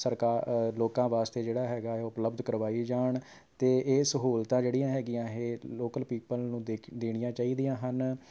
ਸਰਕਾਰ ਲੋਕਾਂ ਵਾਸਤੇ ਜਿਹੜਾ ਹੈਗਾ ਉਪਲਬਧ ਕਰਵਾਈ ਜਾਣ ਅਤੇ ਇਹ ਸਹੂਲਤਾਂ ਜਿਹੜੀਆਂ ਹੈਗੀਆਂ ਇਹ ਲੋਕਲ ਪੀਪਲ ਨੂੰ ਦੇ ਕੇ ਦੇਣੀਆਂ ਚਾਹੀਦੀਆਂ ਹਨ